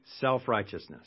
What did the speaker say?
self-righteousness